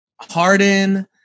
Harden